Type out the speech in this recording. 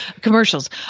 commercials